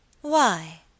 Why